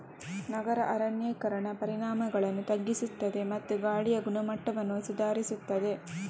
ನಗರ ಅರಣ್ಯೀಕರಣ ಪರಿಣಾಮಗಳನ್ನು ತಗ್ಗಿಸುತ್ತದೆ ಮತ್ತು ಗಾಳಿಯ ಗುಣಮಟ್ಟವನ್ನು ಸುಧಾರಿಸುತ್ತದೆ